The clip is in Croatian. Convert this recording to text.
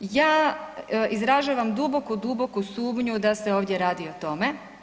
Ja izražavam duboku, duboku sumnju da se ovdje radi o tome.